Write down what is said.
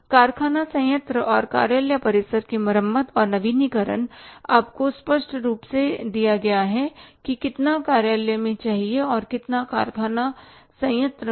कारखाना संयंत्र और कार्यालय परिसर की मरम्मत और नवीनीकरण आपको स्पष्ट रूप से दिया गया है कि कितना कार्यालय में चाहिए और कितना कारखाना प्लांट में